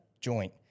joint –